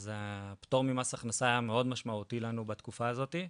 אז הפטור ממס הכנסה היה מאד משמעותי לנו בתקופה הזאתי,